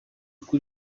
uku